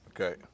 Okay